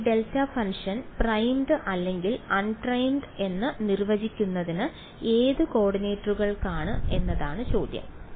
ഈ delta function primed അല്ലെങ്കിൽ unprimed എന്ന് നിർവചിച്ചിരിക്കുന്നത് ഏത് കോർഡിനേറ്റുകൾക്കായാണ് എന്നതാണ് ചോദ്യം